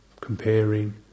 comparing